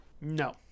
No